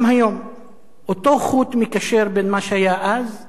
אותו חוט מקשר בין מה שהיה אז למה שיש היום.